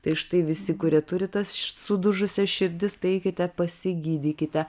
tai štai visi kurie turi tas sudužusias širdis tai eikite pasigydykite